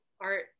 art